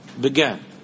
Began